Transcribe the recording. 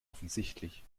offensichtlich